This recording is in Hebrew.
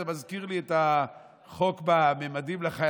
זה מזכיר לי את החוק ממדים ללימודים לחיילים,